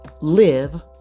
live